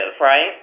right